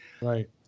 Right